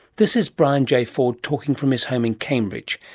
this is brian j ford talking from his home in cambridge.